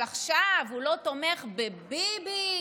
אבל עכשיו הוא לא תומך בביבי,